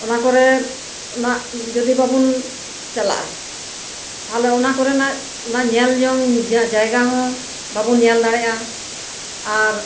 ᱚᱱᱟ ᱠᱚᱨᱮ ᱚᱱᱟ ᱡᱩᱫᱤ ᱵᱟᱵᱚᱱ ᱪᱟᱞᱟᱜᱼᱟ ᱛᱟᱦᱚᱞᱮ ᱚᱱᱟ ᱠᱚᱨᱮᱱᱟᱜ ᱚᱱᱟ ᱧᱮᱞ ᱡᱚᱝ ᱡᱟᱭᱜᱟ ᱦᱚᱸ ᱵᱟᱵᱚᱱ ᱧᱮᱞ ᱫᱟᱲᱮᱭᱟᱜᱼᱟ ᱟᱨ